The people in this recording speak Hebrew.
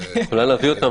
את יכולה להביא אותן,